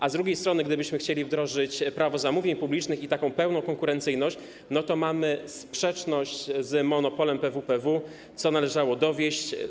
A z drugiej strony, gdybyśmy chcieli wdrożyć Prawo zamówień publicznych i pełną konkurencyjność, to mamy sprzeczność z monopolem PWPW, co należało dowieść.